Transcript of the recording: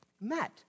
met